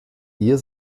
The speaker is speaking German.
ihr